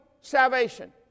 salvation